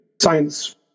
science